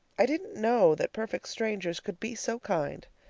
i didn't know that perfect strangers could be so kind.